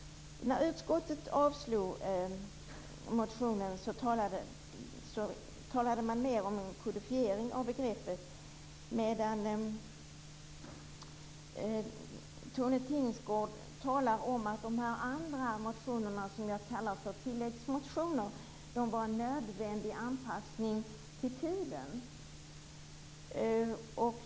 När utskottet avstyrker motionen talar man mer om en kodifiering av begreppet, medan Tone Tingsgård talar om att de andra motionerna, som jag kallar tilläggsmotioner, är en nödvändig anpassning till tiden.